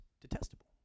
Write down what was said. detestable